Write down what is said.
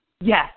Yes